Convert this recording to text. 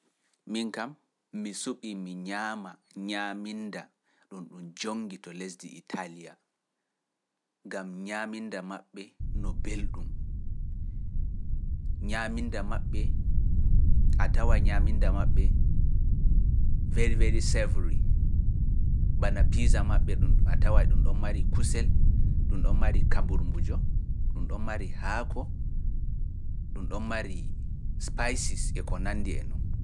Min kam, mi suɓii mi ñaama ñaaminda ɗum ɗum jonngi to lesdi Italiya, ngam ñaaminda maɓɓe ɗum a tawa e ɗum ɗon mari kusel ɗum ɗon mari kamburu mbujo ɗum ɗon mari haako ɗum ɗon mari spices e ko nandi e noon.